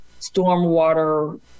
stormwater